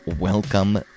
welcome